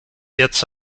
jetzt